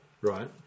right